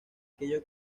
aquello